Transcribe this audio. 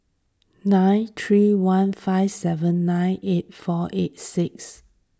nine three one five seven nine eight four eight six